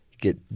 Get